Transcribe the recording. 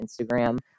Instagram